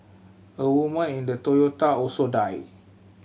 a woman in the Toyota also died